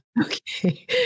okay